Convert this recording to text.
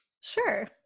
sure